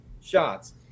shots